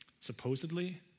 supposedly